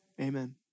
Amen